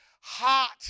hot